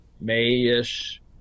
May-ish